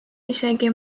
isegi